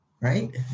right